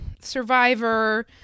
Survivor